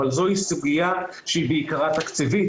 אבל זוהי סוגיה שהיא בעיקרה תקציבית.